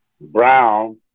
Brown